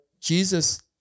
Jesus